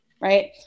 right